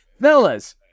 Fellas